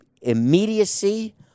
immediacy